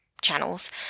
channels